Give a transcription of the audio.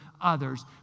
others